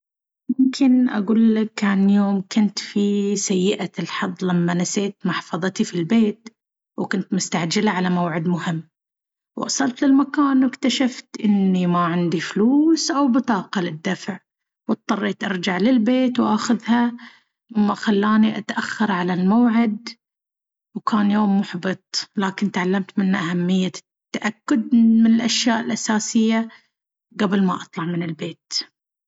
ممكن أقول لك عن يوم كنت فيه سيّئة الحظ لما نسيت محفظتي في البيت وكنت مستعجلة على موعد مهم. وصلت للمكان واكتشفت إني ما عندي فلوس أو بطاقة للدفع، واضطريت أرجع للبيت وأخذها، مما خلاني أتأخر عن الموعد. كان يوم محبط، لكن تعلمت منه أهمية التأكد من الأشياء الأساسية قبل ما أطلع من البيت.